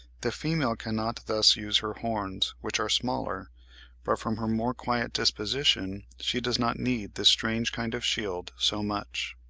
the female cannot thus use her horns, which are smaller, but from her more quiet disposition she does not need this strange kind of shield so much.